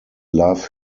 love